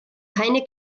keine